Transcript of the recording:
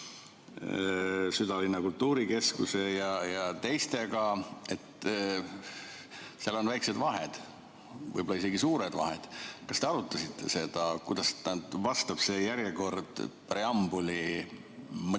südalinna kultuurikeskuse ja teistega, siis seal on väikesed vahed, võib-olla isegi suured vahed. Kas te arutasite seda, kuidas vastab see järjekord preambuli mõttele?